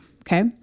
Okay